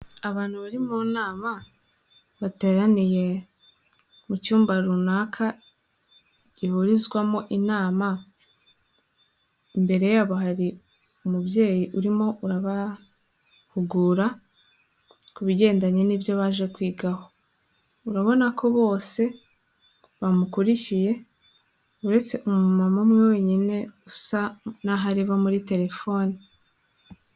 Abantu bari mu nama bateraniye mu cyumba runaka gihurizwamo inama, imbere yabo hari umubyeyi urimo urabahugura, ku bigendanye n'ibyo baje kwigaho, urabona ko bose bamukurikiye uretse umuma umwe wenyine usa n'aho areba muri telefoni.